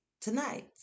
tonight